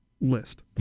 list